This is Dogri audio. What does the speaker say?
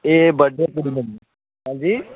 एह् बर्थ डे कुड़ी दा